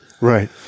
Right